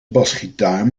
basgitaar